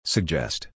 Suggest